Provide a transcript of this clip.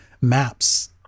maps